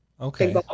Okay